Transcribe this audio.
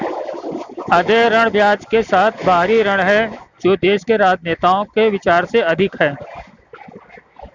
अदेय ऋण ब्याज के साथ बाहरी ऋण है जो देश के राजनेताओं के विचार से अधिक है